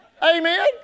Amen